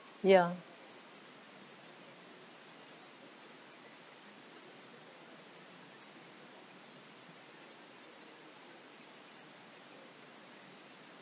ya